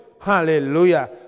Hallelujah